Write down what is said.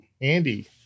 Andy